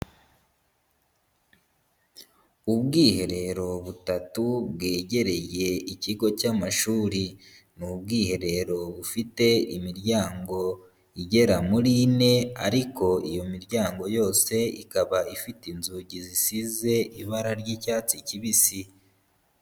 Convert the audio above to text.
Ubwiherero butatu bwegereye ikigo cy'amashuri; ni ubwiherero bufite imiryango igera muri ine, ariko iyo miryango yose ikaba ifite inzugi zisize ibara ry'icyatsi kibisi.